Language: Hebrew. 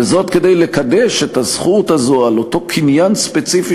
וזאת כדי לקדש את הזכות הזאת על אותו קניין ספציפי